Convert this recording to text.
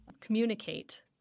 communicate